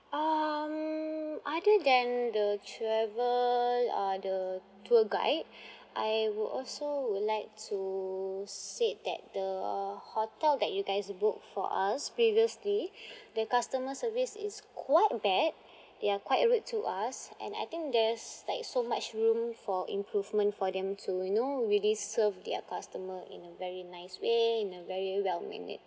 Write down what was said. um other than the travel uh the tour guide I would also would like to said that the hotel that you guys booked for us previously the customer service is quite bad they are quite rude to us and I think there's like so much room for improvement for them to you know really serve their customer in a very nice way in a very well mannered